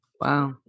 Wow